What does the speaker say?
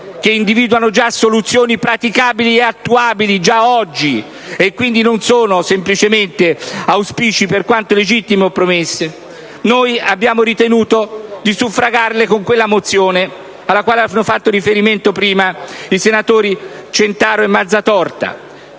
che individuano soluzioni praticabili e attuabili già oggi e non sono semplicemente auspici, per quanto legittimi, o promesse, noi abbiamo ritenuto di suffragarle con la proposta di risoluzione cui hanno fatto riferimento prima i senatori Centaro e Mazzatorta